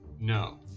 No